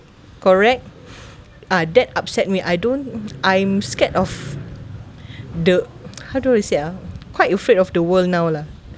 correct ah that upset me I don't I'm scared of the how do I say ah quite afraid of the world now lah